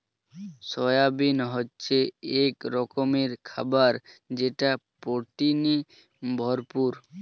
soybean হচ্ছে এক রকমের খাবার যেটা প্রোটিনে ভরপুর